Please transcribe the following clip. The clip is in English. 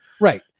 Right